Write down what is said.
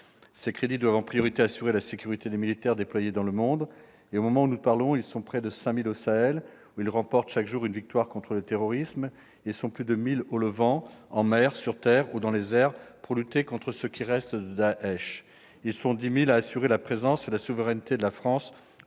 Ces crédits doivent en priorité assurer la sécurité des militaires déployés dans le monde. Au moment où nous parlons, ils sont près de 5 000 au Sahel, où ils remportent chaque jour des victoires contre le terrorisme, plus de 1 000 au Levant, que ce soit en mer, sur terre ou dans les airs, pour lutter contre ce qui reste de Daech et 10 000 à assurer la présence et la souveraineté de la France